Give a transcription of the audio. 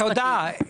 תודה.